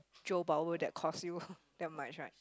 Joe-Bowler that cost you that much right